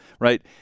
right